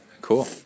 Cool